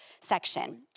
section